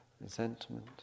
resentment